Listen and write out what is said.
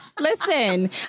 Listen